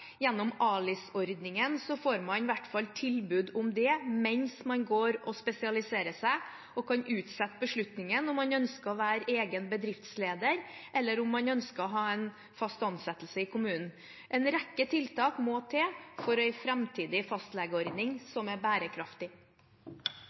Gjennom ALIS-ordningen får man i hvert fall tilbud om det mens man går og spesialiserer seg, og man kan utsette beslutningen om hvorvidt man ønsker å være egen bedriftsleder, eller om man ønsker å ha en fast ansettelse i kommunen. En rekke tiltak må til for en framtidig fastlegeordning